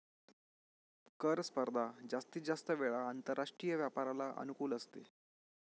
कर स्पर्धा जास्तीत जास्त वेळा आंतरराष्ट्रीय व्यापाराला अनुकूल असते